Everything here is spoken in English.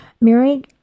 Mary